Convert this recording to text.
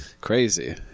Crazy